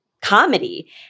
comedy